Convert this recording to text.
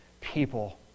people